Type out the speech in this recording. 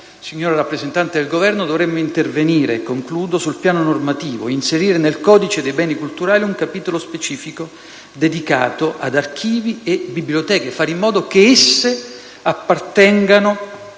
Signora rappresentante del Governo, dovremmo intervenire sul piano normativo e inserire nel codice dei beni culturali un capitolo specifico dedicato ad archivi e biblioteche e fare in modo che esse appartengano al